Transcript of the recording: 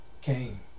Cain